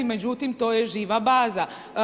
Međutim, to je živa baza.